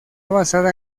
basada